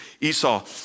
Esau